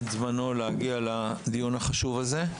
תודה רבה לכל מי שפינה את זמנו להגיע לדיון החשוב הזה.